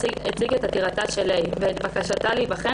הציג את עתירתה של ה' ואת בקשתה להיבחן